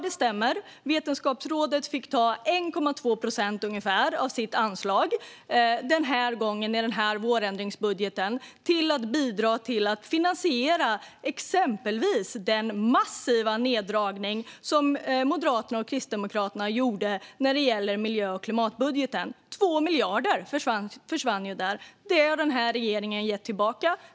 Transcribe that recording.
Det stämmer att Vetenskapsrådet denna gång fick ta ungefär 1,2 procent av sitt anslag i vårändringsbudgeten till att bidra till att finansiera exempelvis den massiva neddragning som Moderaterna och Kristdemokraterna gjorde när det gäller miljö och klimatbudgeten. Där försvann 2 miljarder. Det har regeringen gett tillbaka.